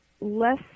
less